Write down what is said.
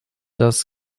das